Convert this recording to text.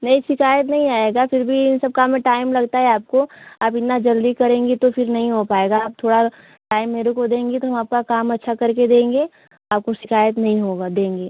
नही शिकायत नही आएगा फिर भी इन सब काम में टाइम लगता है आपको आप इतना जल्दी करेंगी तो फिर नहीं हो पाएगा आप थोड़ा टाइम मेरे को देंगी तो हम आपका काम अच्छा कर के देंगे आपको शिकायत नहीं होने देंगे